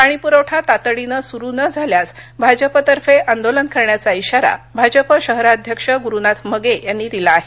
पाणीप्रवठा तातडीनं सुरू न झाल्यास भाजपतर्फे आंदोलन करण्याचा इशारा भाजपा शहराध्यक्ष ग्रुनाथ मगे यांनी दिला आहे